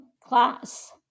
class